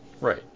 Right